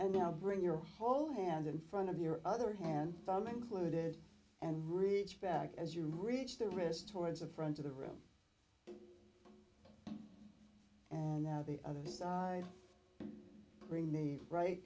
and now bring your whole hand in front of your other hand filing clude it and reach back as you reach the wrist towards the front of the room and out the other side bring the right